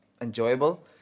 enjoyable